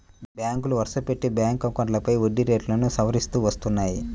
బ్యాంకులు వరుసపెట్టి బ్యాంక్ అకౌంట్లపై వడ్డీ రేట్లను సవరిస్తూ వస్తున్నాయి